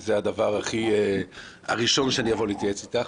זה הדבר הראשון שאני אבוא להתייעץ איתך.